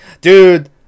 Dude